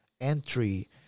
entry